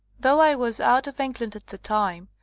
though i was out of england at the time,